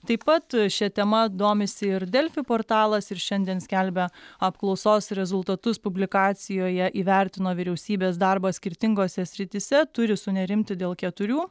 taip pat šia tema domisi ir delfi portalas ir šiandien skelbia apklausos rezultatus publikacijoje įvertino vyriausybės darbą skirtingose srityse turi sunerimti dėl keturių